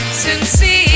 sincere